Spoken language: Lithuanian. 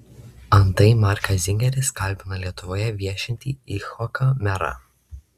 antai markas zingeris kalbina lietuvoje viešintį icchoką merą